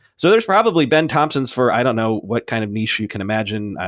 so there's probably ben thompsons for i don't know, what kind of niche you can imagine.